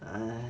!hais!